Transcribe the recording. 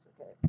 okay